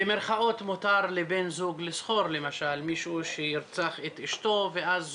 במרכאות מותר לבן זוג לשכור למשל מישהו שירצח את אשתו ואז